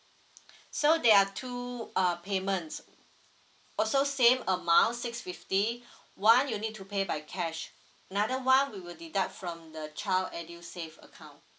so there are two uh payments also same amount six fifty one you need to pay by cash another one we will deduct from the child edusave account